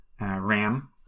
Ram